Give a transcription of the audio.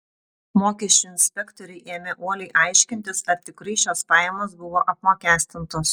mokesčių inspektoriai ėmė uoliai aiškintis ar tikrai šios pajamos buvo apmokestintos